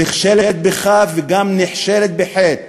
נכשלת בכ"ף וגם נחשלת בחי"ת.